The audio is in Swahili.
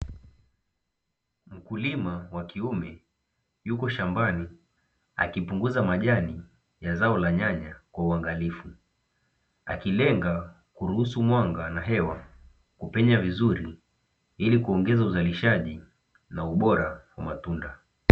Mkulima wa kiume yuko shambani akipunguza majani ya zao la nyanya kwa uangalifu, akilenga kuruhusu mwanga na hewa kupenya vizuri ili kuongeza uzalishaji na ubora wa matunda.